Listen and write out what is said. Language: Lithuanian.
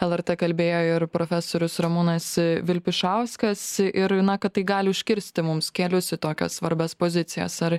lrt kalbėjo ir profesorius ramūnas vilpišauskas ir na kad tai gali užkirsti mums kelius į tokias svarbias pozicijas ar